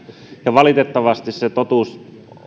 valitettavasti totuus